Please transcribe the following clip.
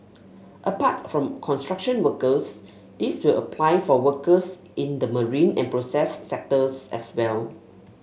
apart from construction workers this will apply for workers in the marine and process sectors as well